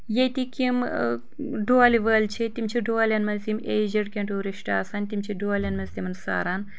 ییٚتِکۍ یِم ڈولہِ وٲلۍ چھِ تم چھِ ڈولَن منٛز یم ایجڈ کینٛہہ ٹیوٗرسٹ آسان تم چھِ ڈولن منٛز تمن ساران